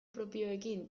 propioekin